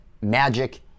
magic